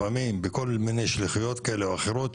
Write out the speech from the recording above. לפעמים בכל מיני שליחויות כאלה ואחרות,